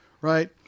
right